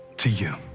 to you?